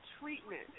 treatment